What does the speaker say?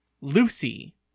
Lucy